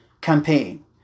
campaign